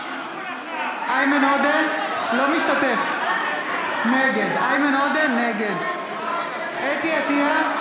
עודה, נגד חוה אתי עטייה,